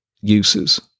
uses